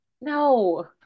No